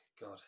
God